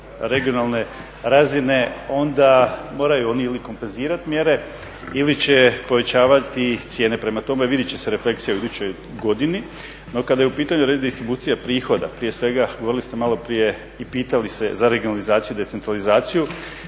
regionalne razine onda moraju oni ili kompenzirati mjere ili će povećavati cijene. Prema tome, vidjet će se refleksije u idućoj godini. No, kada je u pitanju redistribucija prihoda prije svega govorili ste malo prije i pitali se za regionalizaciju, decentralizaciju